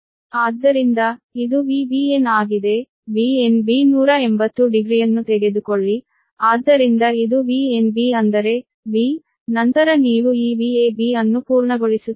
ಆದ್ದರಿಂದ ಇದು VBn ಆಗಿದೆ VnB 180 ಡಿಗ್ರಿಯನ್ನು ತೆಗೆದುಕೊಳ್ಳಿ ಆದ್ದರಿಂದ ಇದು VnB ಅಂದರೆ V ನಂತರ ನೀವು ಈ VAB ಅನ್ನು ಪೂರ್ಣಗೊಳಿಸುತ್ತೀರಿ